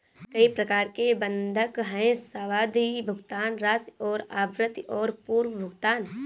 कई प्रकार के बंधक हैं, सावधि, भुगतान राशि और आवृत्ति और पूर्व भुगतान